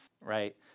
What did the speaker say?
right